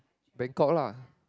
Bangkok lah